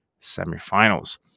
semifinals